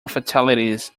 fatalities